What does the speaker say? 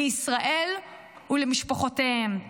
לישראל ולמשפחותיהם,